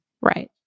Right